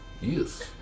Yes